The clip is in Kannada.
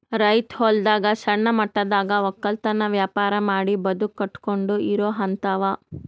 ರೈತ್ ಹೊಲದಾಗ್ ಸಣ್ಣ ಮಟ್ಟದಾಗ್ ವಕ್ಕಲತನ್ ವ್ಯಾಪಾರ್ ಮಾಡಿ ಬದುಕ್ ಕಟ್ಟಕೊಂಡು ಇರೋಹಂತಾವ